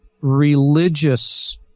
religious